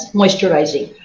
moisturizing